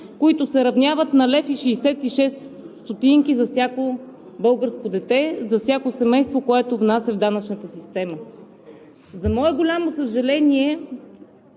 които се равняват на 1,66 лв. за всяко българско дете, за всяко семейство, което внася в данъчната система. За мое голямо съжаление,